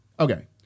Okay